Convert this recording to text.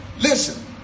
listen